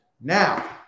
Now